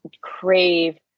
crave